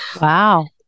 Wow